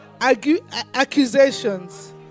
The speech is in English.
accusations